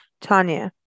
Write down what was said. Tanya